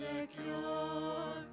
secure